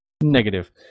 negative